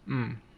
mm